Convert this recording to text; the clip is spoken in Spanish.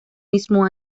mismo